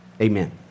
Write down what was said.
amen